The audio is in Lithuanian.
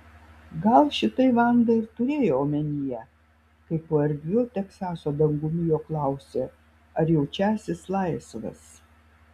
gal šitai vanda ir turėjo omenyje kai po erdviu teksaso dangumi jo klausė ar jaučiąsis laisvas